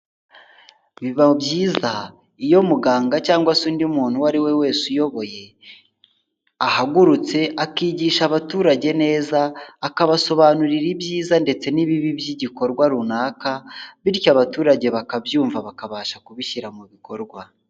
Biba byiza iyo muganga cyangwa se undi muntu uwo ari we wese uyoboye ahagurutse akigisha abaturage neza akabasobanurira ibyiza ndetse n'ibibi by'igikorwa runaka, bityo abaturage bakabyumva bakabasha kubishyira mu bikorwa.